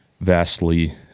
vastly